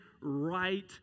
right